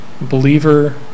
Believer